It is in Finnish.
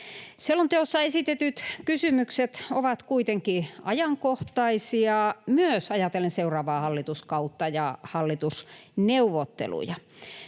Selonteossa esitetyt kysymykset ovat kuitenkin ajankohtaisia myös ajatellen seuraavaa hallituskautta ja hallitusneuvotteluja.